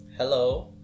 Hello